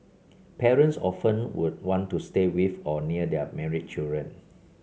parents often would want to stay with or near their married children